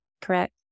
correct